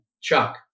Chuck